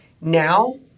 now